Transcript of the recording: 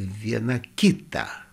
viena kitą